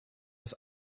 das